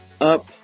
up